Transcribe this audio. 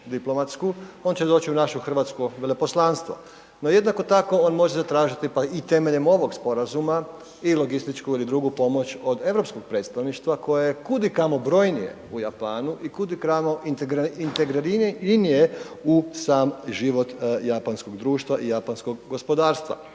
diplomatsku on će doći u naše Hrvatsko veleposlanstvo no jednako tako on može zatražiti i temeljem ovog sporazuma i logističku ili drugu pomoć od europskog predstavništva koja je kudikamo brojnije u Japanu i kudikamo integriranije u sam život japanskog društva i japanskog gospodarstva.